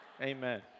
Amen